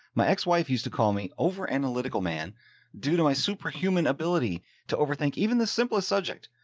my ex wife used to call me over analytical man due to my superhuman ability to overthink even the simplest subject.